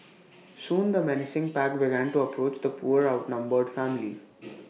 soon the menacing pack began to approach the poor outnumbered family